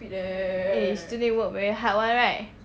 you still need work very hard [one] right